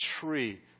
tree